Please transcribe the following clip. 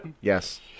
Yes